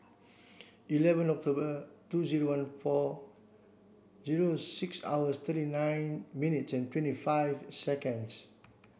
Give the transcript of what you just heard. eleven October two zero one four zero six hour thirty nine minutes and twenty five seconds